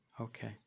okay